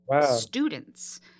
students